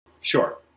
Sure